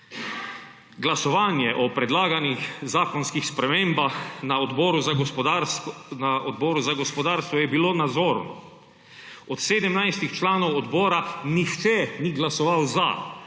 Glasovanje o predlaganih zakonskih spremembah na Odboru za gospodarstvo je bilo nazorno. Od 17 članov odbora nihče ni glasoval »za«,